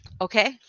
Okay